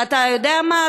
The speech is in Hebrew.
ואתה יודע מה,